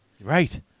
Right